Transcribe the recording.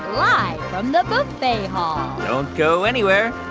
live from the buffet hall don't go anywhere.